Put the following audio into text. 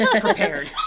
Prepared